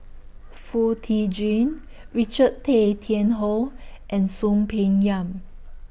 Foo Tee Jun Richard Tay Tian Hoe and Soon Peng Yam